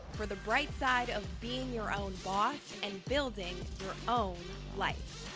for the bright side of being your own boss and building your own life.